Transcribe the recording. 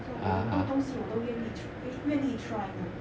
so 我很多东西我都愿意愿意 try leh